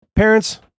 Parents